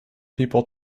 people